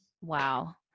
wow